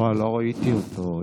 לא ראיתי אותו.